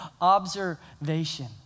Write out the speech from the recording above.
observation